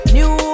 New